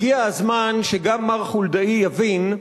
הגיע הזמן שגם מר חולדאי יבין: